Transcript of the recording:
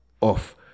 off